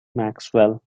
maxwell